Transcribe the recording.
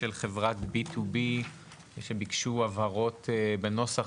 של חברת BTB שביקשו הבהרות בנוסח,